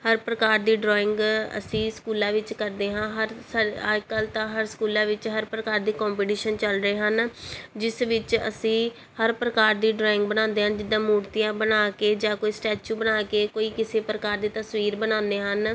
ਹਰ ਪ੍ਰਕਾਰ ਦੀ ਡਰਾਇੰਗ ਅਸੀਂ ਸਕੂਲਾਂ ਵਿੱਚ ਕਰਦੇ ਹਾਂ ਹਰ ਸਰ ਅੱਜ ਕੱਲ੍ਹ ਤਾਂ ਹਰ ਸਕੂਲਾਂ ਵਿੱਚ ਹਰ ਪ੍ਰਕਾਰ ਦੇ ਕੋਂਪੀਟੀਸ਼ਨ ਚੱਲ ਰਹੇ ਹਨ ਜਿਸ ਵਿੱਚ ਅਸੀਂ ਹਰ ਪ੍ਰਕਾਰ ਦੀ ਡਰਾਇੰਗ ਬਣਾਉਂਦੇ ਹਨ ਜਿੱਦਾਂ ਮੂਰਤੀਆਂ ਬਣਾ ਕੇ ਜਾਂ ਕੋਈ ਸਟੈਚੂ ਬਣਾ ਕੇ ਕੋਈ ਕਿਸੇ ਪ੍ਰਕਾਰ ਦੇ ਤਸਵੀਰ ਬਣਾਉਂਦੇ ਹਨ